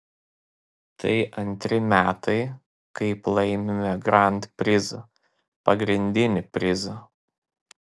tai antri metai kaip laimime grand prizą pagrindinį prizą